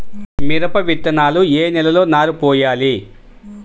మిరప విత్తనాలు ఏ నెలలో నారు పోయాలి?